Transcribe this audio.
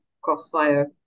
crossfire